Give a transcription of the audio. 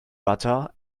butter